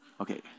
okay